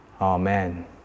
amen